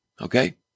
Okay